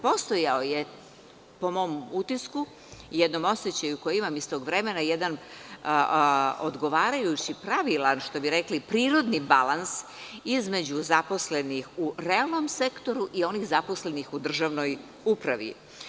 Postojao je, po mom utisku i jednom osećaju koji imam iz tog vremena, jedan odgovarajući, pravilan, što bi rekli, prirodni balans između zaposlenih u realnom sektoru i onih zaposlenim u državnoj upravi.